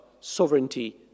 Sovereignty